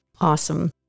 Awesome